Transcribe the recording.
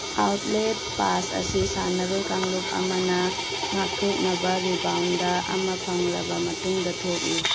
outlet pass ꯑꯁꯤ ꯁꯥꯟꯅꯔꯣꯏ ꯀꯥꯡꯂꯨꯞ ꯑꯃꯅ ꯉꯥꯛꯊꯣꯛꯅꯕ ꯔꯤꯕꯥꯎꯟꯗ ꯑꯃ ꯐꯪꯂꯕ ꯃꯇꯨꯡꯗ ꯊꯣꯛꯏ